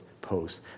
post